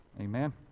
Amen